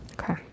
Okay